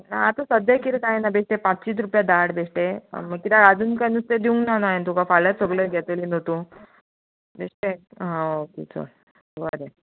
आतां सद्द्यां किदें कांय ना बेश्टें पांचशींत रुपया धाड बेश्टे किद्या आजून काय नुस्तें दिवं ना हांवें तुका फाल्यांच सगलें घेतली न्हू तूं बेश्टें आं ओके चल बरें